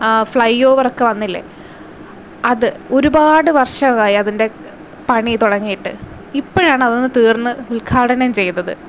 ആ flyover ഒക്കെ വന്നില്ലേ അത് ഒരുപാട് വർഷമായി അതിന്റെ പണി തുടങ്ങിയിട്ട് ഇപ്പഴാണ് അതൊന്നു തീർന്ന് ഉദ്ഘാടനം ചെയ്തത്